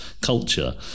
culture